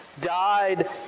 Died